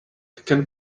can